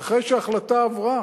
אחרי שההחלטה עברה?